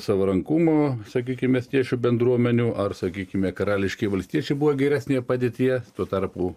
savarankumo sakykim miestiečių bendruomenių ar sakykime karališkieji valstiečiai buvo geresnėje padėtyje tuo tarpu